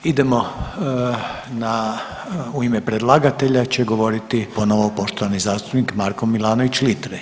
Idemo na, u ime predlagatelja će govoriti ponovo poštovani zastupnik Marko Milanović Litre.